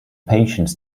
patients